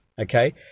okay